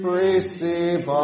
receive